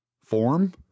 form